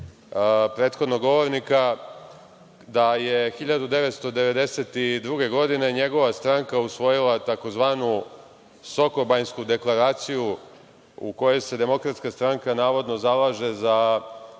prethodnog govornika da je 1992. godine njegova stranka usvojila tzv. sokobanjsku deklaraciju u kojoj se DS navodno zalaže za